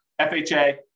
FHA